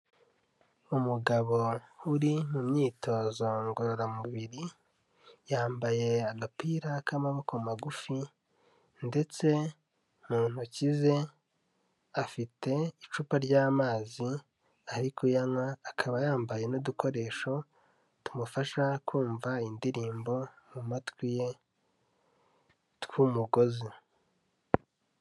Umugabo uri mu myitozo ngororamubiri, yambaye agapira k'amaboko magufi ndetse mu ntoki ze afite icupa ry'amazi ariko kuyanywa, akaba yambaye n'udukoresho tumufasha kumva indirimbo mu matwi ye tw'umugozi.